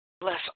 Bless